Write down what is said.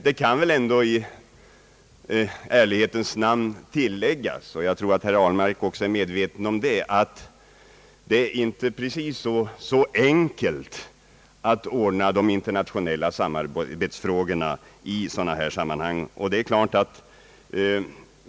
Det kan väl ändå i ärlighetens namn tilläggas — och jag tror att herr Ahlmark också är medveten om det — att det inte är så enkelt att ordna de internationella samarbetsfrågorna i sådana här sammanhang.